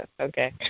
okay